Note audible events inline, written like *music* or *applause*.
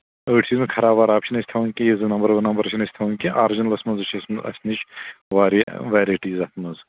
أڑۍ چھِ *unintelligible* خراب وارب چھِ نہٕ أسۍ کھٮ۪وان کیٚنٛہہ یہِ زٕ نَمبر وٕ نَمبر چھِنہٕ أسۍ کھٮ۪وان کیٚنٛہہ آرجِنَلَس منٛزٕے چھُ اَسہِ اَسہِ نِش واریاہ وٮ۪رایٹیٖز اَتھ منٛز